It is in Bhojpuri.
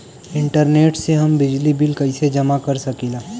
इंटरनेट से हम बिजली बिल कइसे जमा कर सकी ला?